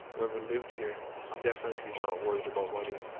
whoever lived here was definitely not worried about money.